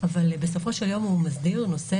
אבל בסופו של יום הוא מסדיר נושא,